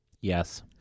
Yes